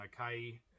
okay